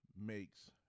makes